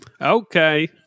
Okay